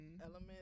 element